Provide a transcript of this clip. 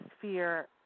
fear